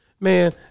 Man